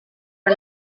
are